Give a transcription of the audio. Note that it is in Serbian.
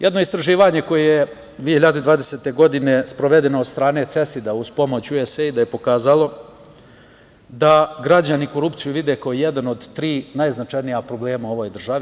Jedno istraživanje koje je 2020. godine sprovedeno od strane CESID-a, uz pomoć USAID-a je pokazalo da građani korupciju vide kao jedan od tri najznačajnija problema u ovoj državi.